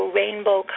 rainbow